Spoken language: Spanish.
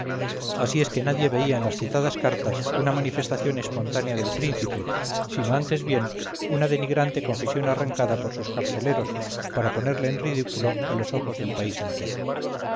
así es que nadie veía en las citadas cartas una manifestación espontánea del príncipe sino antes bien una denigrante confesión arrancada por sus carceleros para ponerle en ridículo a los ojos del país entero